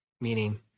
meaning